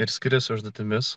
ir skris užduotimis